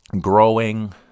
growing